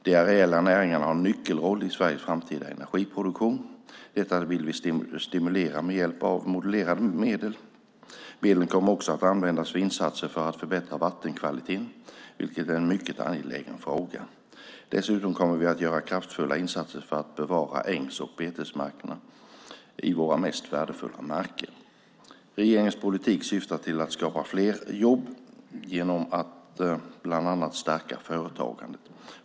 De areella näringarna har en nyckelroll i Sveriges framtida energiproduktion. Detta vill vi stimulera med hjälp av modulerade medel. Medlen kommer också att användas för insatser för att förbättra vattenkvaliteten, vilket är en mycket angelägen fråga. Dessutom kommer vi att göra kraftfulla insatser för att bevara ängs och betesmarkerna i våra mest värdefulla marker. Regeringens politik syftar till att skapa fler jobb genom att bland annat stärka företagandet.